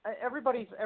Everybody's